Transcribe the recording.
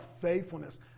faithfulness